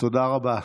תודה רבה.